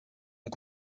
ont